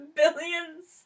billions